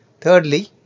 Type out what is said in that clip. Thirdly